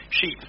Sheep